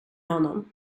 honom